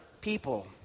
people